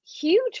huge